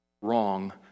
wrong